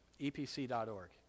epc.org